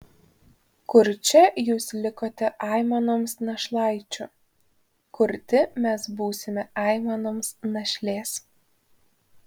kurčia jūs likote aimanoms našlaičių kurti mes būsime aimanoms našlės